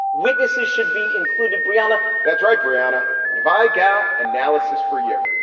witnesses should be included brianna that's right, brianna. and if i got analysis for you,